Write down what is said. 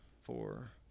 four